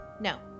No